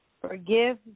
forgive